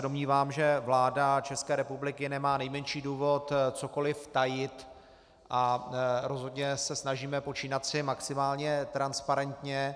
Domnívám se, že vláda ČR nemá nejmenší důvod cokoliv tajit, a rozhodně se snažíme počínat si maximálně transparentně.